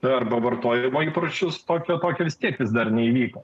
arba vartojimo įpročius tokio tokio stiebtis dar neįvyko